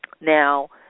Now